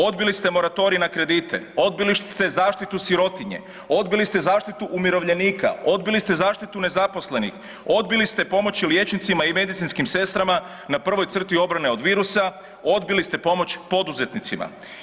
Odbili ste moratorij na kredite, odbili ste zaštitu sirotinje, odbili ste zaštitu umirovljenika, odbili ste zaštitu nezaposlenih, odbili ste pomoći liječnicima i medicinskim sestrama na prvoj crti obrane od virusa, odbili ste pomoć poduzetnicima.